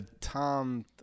Tom